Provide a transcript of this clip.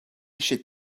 should